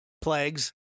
plagues